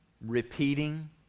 repeating